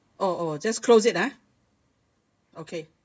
oh oh just close it ah okay